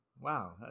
Wow